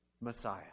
Messiah